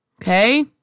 Okay